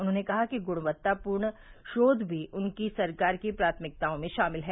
उन्होंने कहा कि गुणवत्तापूर्ण शोध भी उनकी सरकार की प्राथमिकताओं में शामिल है